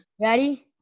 Ready